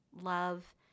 love